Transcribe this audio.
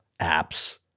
apps